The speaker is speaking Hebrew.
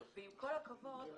ועם כל הכבוד,